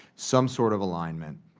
some sort of alignment.